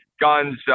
guns